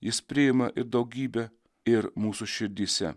jis priima ir daugybė ir mūsų širdyse